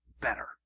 better